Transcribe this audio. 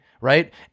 right